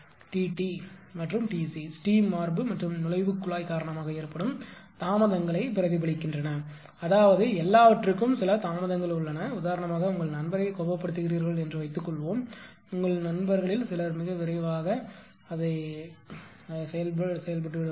T t T r மற்றும் T c steam மார்பு மற்றும் நுழைவு குழாய் காரணமாக ஏற்படும் தாமதங்களை பிரதிபலிக்கின்றன அதாவது எல்லாவற்றிற்கும் சில தாமதங்கள் உள்ளன உதாரணமாக உங்கள் நண்பரை கோபப்படுத்துகிறீர்கள் என்று வைத்துக்கொள்வோம் உங்கள் நண்பர்களில் சிலர் மிக விரைவாக செயல்படுவார்கள்